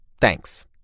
Thanks